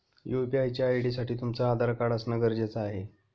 UPI च्या ID साठी तुमचं आधार कार्ड असण गरजेच आहे